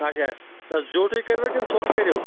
اَچھا نہ زیوٗٹھٕے کٔرۍوا کِنہٕ ژھوٚٹ کٔرِو